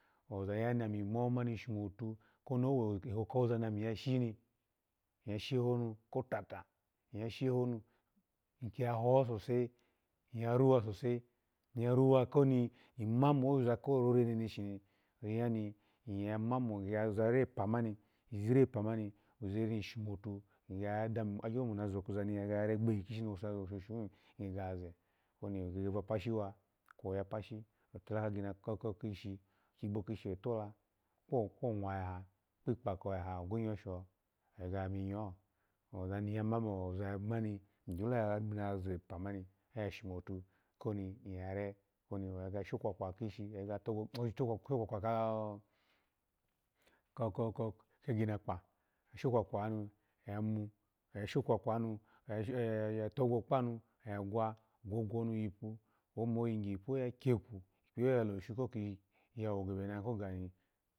Oza ni ya mo mani koni oshomofu koni owoza ka weho ni ya shini, iya shehonu kotata iya shehonu nyiki yaho sose nyi lokotata, nyaruwa kowa ima mowoza rore neneshi ya sho ni, ima mo izire epa mani shonatu agyo mo na zozarore epa shi ni powuso ya zowosho hutuni nyi ga za, owoni vapashi wa owoni oya pashi pya gegu ya tala kishi oya tola kayinakpa, owoni oya pashi oya gege kwigbo kishi tola ya kwomwa ya ha kpikpako ya ha onwinyow sho oya ga miyoho ozani ya ma mo ozamani igyo ya zepa oya shomotu koni yare igyo ya shokwakwa ko ko ko kaginakpe oyamu, oya shokwakwamu togwo kpanu ya gwa, gwogwomu yipu kweyi omipuho ya kyeku ikpiyeho ya loshun kweyi oya gebe ni oya yimu ko gani.